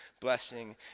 blessing